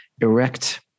erect